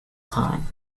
time